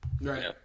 Right